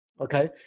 Okay